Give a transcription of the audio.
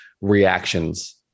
reactions